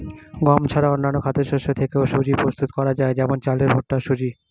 গম ছাড়া অন্যান্য খাদ্যশস্য থেকেও সুজি প্রস্তুত করা যায় যেমন চালের ভুট্টার সুজি